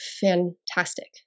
fantastic